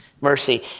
mercy